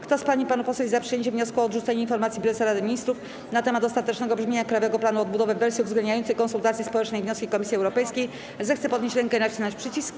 Kto z pań i panów posłów jest za przyjęciem wniosku o odrzucenie informacji Prezesa Rady Ministrów na temat ostatecznego brzmienia Krajowego Planu Odbudowy w wersji uwzględniającej konsultacje społeczne i wnioski Komisji Europejskiej, zechce podnieść rękę i nacisnąć przycisk.